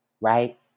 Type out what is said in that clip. right